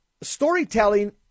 storytelling